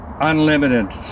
unlimited